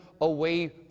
away